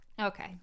Okay